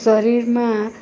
શરીરમાં